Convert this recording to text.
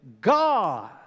God